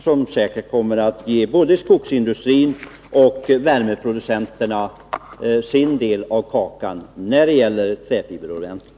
Det kommer säkert att ge både skogsindustrin och värmeproducenterna deras andel av kakan när det gäller träfiberråvaran.